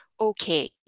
okay